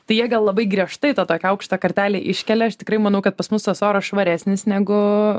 tai jie gal labai griežtai tą tokią aukštą kartelę iškelia aš tikrai manau kad pas mus tas oras švaresnis negu